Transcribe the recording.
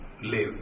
live